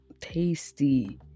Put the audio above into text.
Tasty